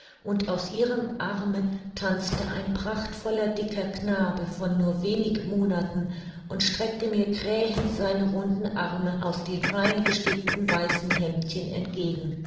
und aus ihrem arme tanzte ein prachtvoller dicker knabe von nur wenig monaten und streckte mir krähend seine runden arme aus den fein gestickten weißen hemdchen entgegen